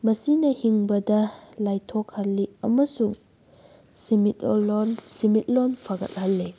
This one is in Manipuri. ꯃꯁꯤꯅ ꯍꯤꯡꯕꯗ ꯂꯥꯏꯊꯣꯛꯍꯜꯂꯤ ꯑꯃꯁꯨꯡ ꯁꯤꯃꯤꯠꯂꯣꯟ ꯐꯒꯠꯍꯜꯂꯤ